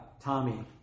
Tommy